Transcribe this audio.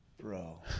Bro